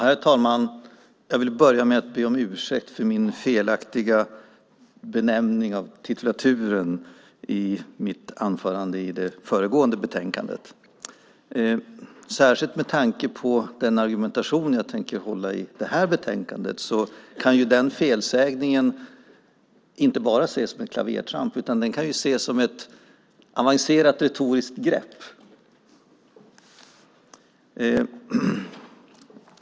Herr talman! Jag vill börja med att be om ursäkt för min felaktiga benämning av titulaturen i mitt anförande i debatten om det föregående betänkandet. Särskilt med tanke på den argumentation jag tänker hålla om det här betänkandet kan den felsägningen inte bara ses som ett klavertramp utan ses som ett avancerat retoriskt grepp.